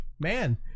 Man